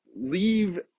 leave